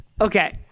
Okay